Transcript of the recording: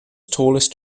tallest